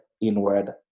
inward